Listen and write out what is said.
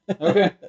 Okay